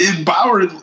Bauer